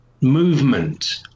movement